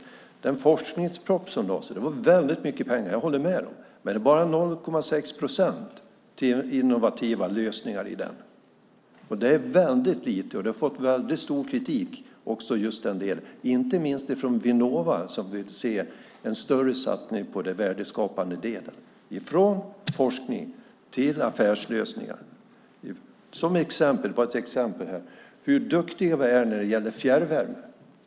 I den forskningsproposition som lades fram var det mycket pengar, jag håller med om det, men bara 0,6 procent avsåg innovativa lösningar. Det är väldigt lite. Denna del har fått mycket kritik, inte minst från Vinnova som vill se en större satsning på den värdeskapande delen, från forskning till affärslösningar. Ett exempel på hur duktiga vi är gäller fjärrvärme.